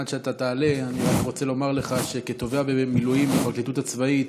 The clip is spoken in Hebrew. עד שאתה תעלה אני רוצה לומר לך שכתובע במילואים בפרקליטות הצבאית,